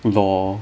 LOL